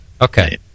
Okay